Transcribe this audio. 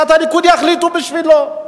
סיעת הליכוד, יחליטו בשבילו.